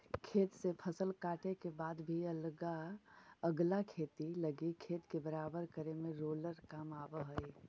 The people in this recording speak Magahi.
खेत से फसल काटे के बाद भी अगला खेती लगी खेत के बराबर करे में रोलर काम आवऽ हई